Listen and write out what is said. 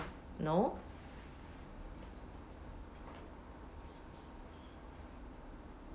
no